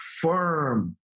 firm